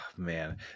Man